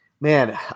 man